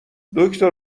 دکتر